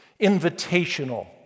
Invitational